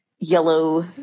yellow